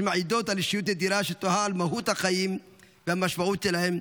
שמעידות על אישיות נדירה שתוהה על מהות החיים והמשמעות שלהם.